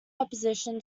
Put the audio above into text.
opposition